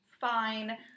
Fine